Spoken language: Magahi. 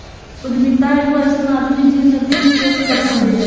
उद्यमिता एगो अइसन आदमी जे नवीन खोज करो हइ